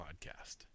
Podcast